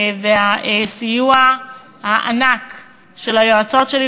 והסיוע הענק של היועצות שלי,